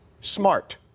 smart